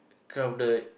the